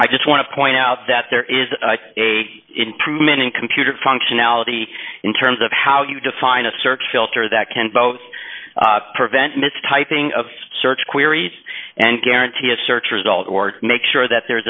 i just want to point out that there is a improvement in computer functionality in terms of how you define a search filter that can both prevent mis typing of search queries and guarantee a search result or make sure that there is